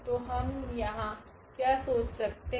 तो हम यहाँ क्या सोच सकते है